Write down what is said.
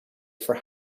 for